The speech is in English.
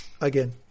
again